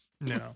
No